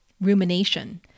rumination